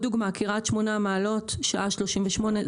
דוגמה נוספת, קריית שמונה מעלות, שעה ו-38 דקות.